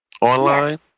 online